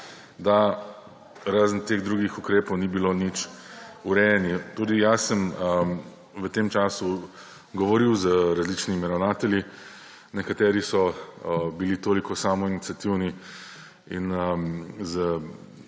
da razen teh drugih ukrepov ni bilo nič urejenega. Tudi jaz sem v tem času govoril z različnimi ravnatelji. Nekateri so bili toliko samoiniciativni in